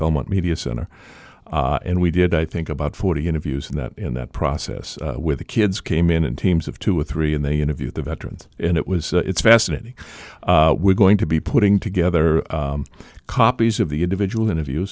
belmont media center and we did i think about forty interviews and that in that process with the kids came in in teams of two or three and they interviewed the veterans and it was it's fascinating we're going to be putting together copies of the individual interview